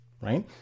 right